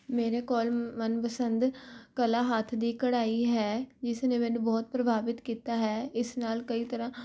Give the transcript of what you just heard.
ਮੇਰੇ ਕੋਲ ਮਨਪਸੰਦ ਕਲਾ ਹੱਥ ਦੀ ਕਢਾਈ ਹੈ ਜਿਸ ਨੇ ਮੈਨੂੰ ਬਹੁਤ ਪ੍ਰਭਾਵਿਤ ਕੀਤਾ ਹੈ ਇਸ ਨਾਲ ਕਈ ਤਰ੍ਹਾਂ